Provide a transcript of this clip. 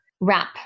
wrap